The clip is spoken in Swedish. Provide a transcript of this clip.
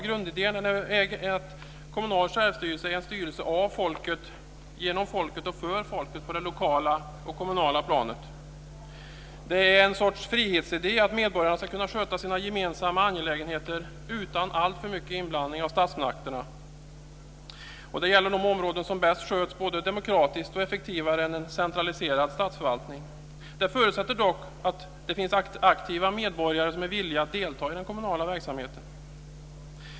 Grundidén är att kommunal självstyrelse är en styrelse av folket, genom folket och för folket på det lokala och kommunala planet. Det är en sorts frihetsidé att medborgarna ska kunna sköta sina gemensamma angelägenheter utan alltför mycket inblandning av statsmakterna. Det gäller de områden som sköts både mer demokratiskt och effektivare än av en centraliserad statsförvaltning. Det förutsätter dock att det finns aktiva medborgare som är villiga att delta i den kommunala verksamheten.